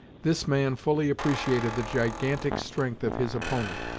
this man fully appreciated the gigantic strength of his opponent,